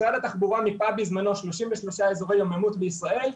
משרד התחבורה מיפה בזמנו 33 אזורי יוממות בישראל,